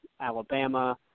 Alabama